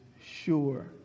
sure